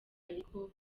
ngo